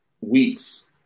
weeks